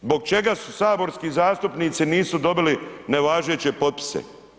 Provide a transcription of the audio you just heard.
Zbog čega su saborski zastupnici, nisu dobili nevažeće potpise?